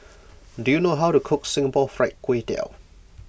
do you know how to cook Singapore Fried Kway Tiao